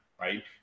Right